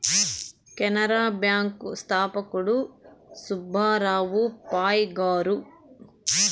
Canara bank స్థాపకుడు సుబ్బారావు పాయ్ గారు